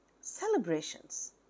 Celebrations